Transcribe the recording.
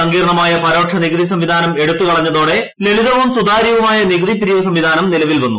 സുങ്കിർണ്ണമായ പരോക്ഷനികുതി സംവിധാനം എടുത്തുകളഞ്ഞതോർട്ടു ലളിതവും സുതാര്യവുമായ നികുതി പിരിവ് സംവിധാനം ന്ടില്പിൽ വന്നു